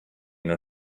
your